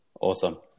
awesome